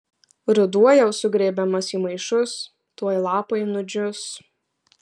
ruduo jau sugrėbiamas į maišus tuoj lapai nudžius